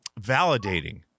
validating